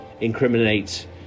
incriminate